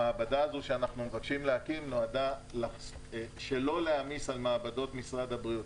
המעבדה הזו שאנחנו מבקשים להקים נועדה שלא להעמיס על מעבדות משרד הבריאות